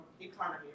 economy